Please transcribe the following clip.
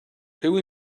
who